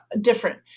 different